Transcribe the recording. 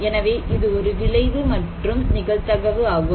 எனவே இது ஒரு விளைவு மற்றும் நிகழ்தகவு ஆகும்